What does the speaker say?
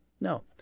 No